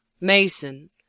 Mason